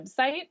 website